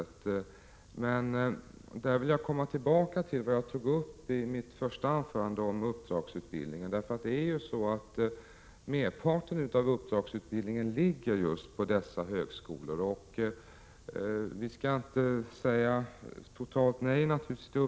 Jag vill dock 152 komma tillbaka till vad jag sade i mitt första anförande om uppdragsutbild ning. Merparten av uppdragsutbildningen ligger just på dessa högskolor. Vi Prot. 1987/88:62 skall naturligtvis inte säga totalt nej till uppdragsutbildning.